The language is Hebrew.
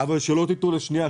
אבל שלא תטעו לשנייה,